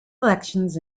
elections